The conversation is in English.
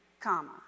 comma